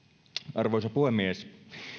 arvoisa puhemies